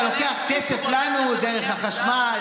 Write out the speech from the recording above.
אתה לוקח לנו כסף דרך החשמל,